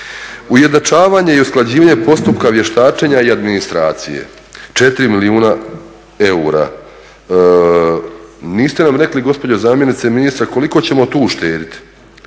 Ujednačavanje i usklađivanje postupka vještačenja i administracije 4 milijuna eura. Niste nam rekli gospođo zamjenice ministra koliko ćemo tu uštediti,